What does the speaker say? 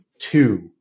two